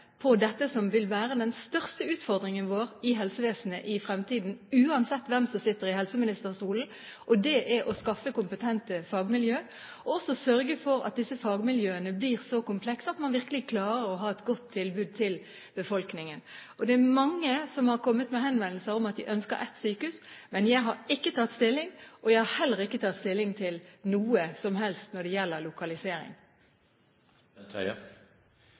dette som vil være den største utfordringen vår i helsevesenet i fremtiden, uansett hvem som sitter i helseministerstolen, nemlig å skaffe kompetente fagmiljøer og også sørge for at disse fagmiljøene blir så komplekse at man virkelig klarer å ha et godt tilbud til befolkningen. Det er mange som har kommet med henvendelser om at de ønsker ett sykehus, men jeg har ikke tatt stilling, og jeg har heller ikke tatt stilling til noe som helst når det gjelder lokalisering.